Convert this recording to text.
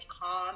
calm